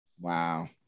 Wow